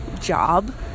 job